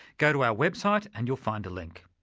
go to our website and you'll find a link.